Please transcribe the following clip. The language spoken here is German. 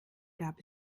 gab